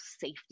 safety